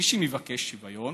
מי שמבקש שוויון,